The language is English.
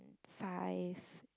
five